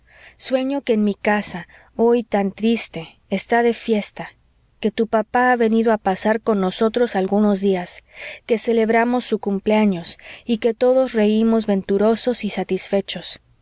sueño que mi casa hoy tan triste está de fiesta que tu papá ha venido a pasar con nosotros algunos días que celebramos su cumpleaños y que todos reímos venturosos y satisfechos